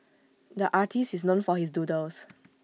the artist is known for his doodles